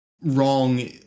wrong